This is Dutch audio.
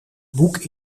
boek